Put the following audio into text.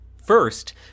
First